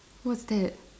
what's that